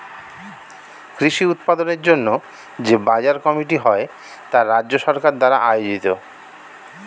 কৃষি উৎপাদনের জন্য যে বাজার কমিটি হয় তা রাজ্য সরকার দ্বারা আয়োজিত